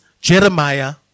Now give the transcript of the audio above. Jeremiah